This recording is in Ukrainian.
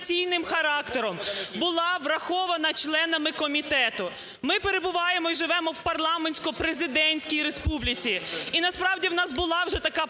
Дякую.